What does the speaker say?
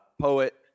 poet